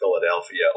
Philadelphia